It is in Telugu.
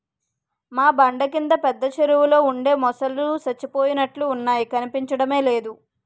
మా బండ కింద పెద్ద చెరువులో ఉండే మొసల్లు సచ్చిపోయినట్లున్నాయి కనిపించడమే లేదు